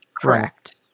Correct